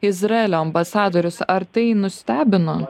izraelio ambasadorius ar tai nustebino